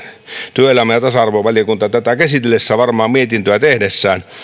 työelämä ja tasa arvovaliokunta tätä käsitellessään ja mietintöä tehdessään varmaan